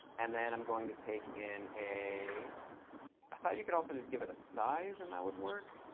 and then i'm going to take in a i thought you could also just give it a size, and that would work.